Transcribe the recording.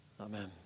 Amen